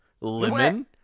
lemon